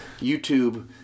YouTube